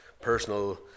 personal